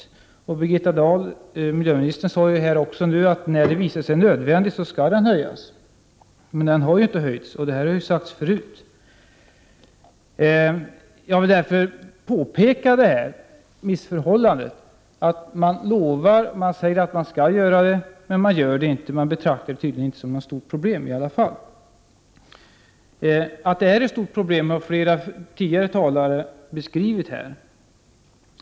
Miljöminister Birgitta Dahl sade att denna premie skall höjas när det visar sig nödvändigt. Men den har inte höjts. Jag vill påtala det missförhållandet att regeringen säger att den skall höja premien men inte gör det. Regeringen betraktar tydligen inte detta som något stort problem. Att det är ett stort problem har flera talare tidigare beskrivit.